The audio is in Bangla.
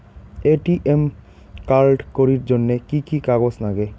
এ.টি.এম কার্ড করির জন্যে কি কি কাগজ নাগে?